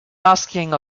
asking